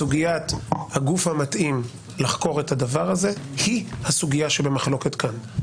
סוגיית הגוף המתאים לחקור את הדבר הזה היא הסוגיה שבמחלוקת כאן.